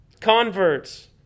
converts